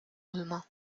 ulmer